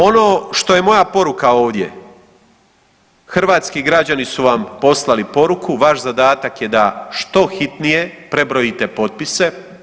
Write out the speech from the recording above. Ono što je moja poruka ovdje, hrvatski građani su vam poslali poruku, vaš zadatak je da što hitnije prebrojite potpise.